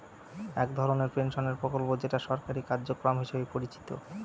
এক ধরনের পেনশনের প্রকল্প যেটা সরকারি কার্যক্রম হিসেবে পরিচিত